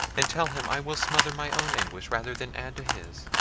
and tell him i will smother my own anguish rather than add to his.